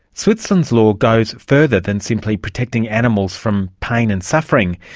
switzerland's law goes further than simply protecting animals from pain and suffering.